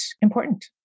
important